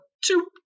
Two